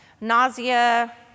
Nausea